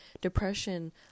depression